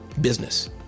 business